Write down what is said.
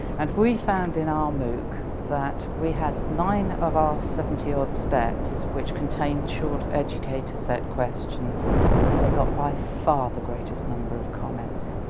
and we found in our mooc that we had nine of our seventy-odd steps which contain short educator set questions and they got by far the greatest number of comments.